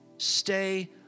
Stay